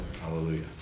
Hallelujah